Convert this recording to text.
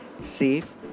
safe